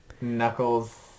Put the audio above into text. Knuckles